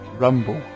rumble